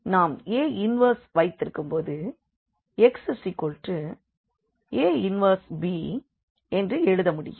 நாம் A 1 வைத்திருக்கும் போது xA 1b என்று எழுத முடியும்